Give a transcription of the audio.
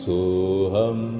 Soham